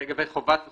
לגבי חובת הבחינה?